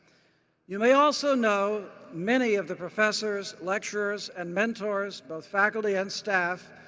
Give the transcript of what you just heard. you may also know many of the professors, lecturers and mentors, both faculty and staff,